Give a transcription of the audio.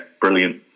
brilliant